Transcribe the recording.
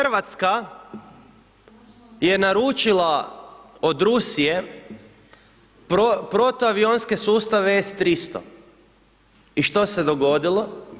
RH je naručila od Rusije protuavionske sustave S300 i što se dogodilo?